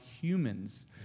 humans